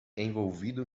envolvido